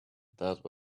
that